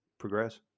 progress